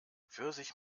pfirsich